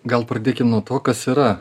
gal pradėkim nuo to kas yra